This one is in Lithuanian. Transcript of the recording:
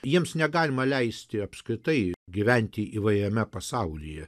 jiems negalima leisti apskritai gyventi įvairiame pasaulyje